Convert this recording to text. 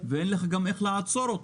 ואין לך דרך לעצור אותו,